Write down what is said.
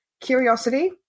curiosity